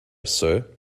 sir